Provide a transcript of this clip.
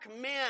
men